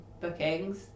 bookings